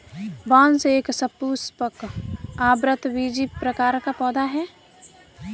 बांस एक सपुष्पक, आवृतबीजी प्रकार का पौधा है